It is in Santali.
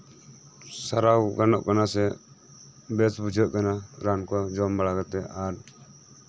ᱥᱟᱨᱟᱣ ᱜᱟᱱᱚᱜ ᱠᱟᱱᱟ ᱥᱮ ᱵᱮᱥ ᱵᱩᱡᱷᱟᱹᱜ ᱠᱟᱱᱟ ᱡᱚᱢ ᱵᱟᱲᱟ ᱠᱟᱛᱮᱫ ᱟᱨ